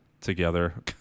together